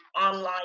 online